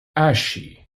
ashe